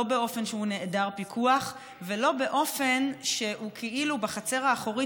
לא באופן שהוא נעדר פיקוח ולא באופן שהוא כאילו בחצר האחורית,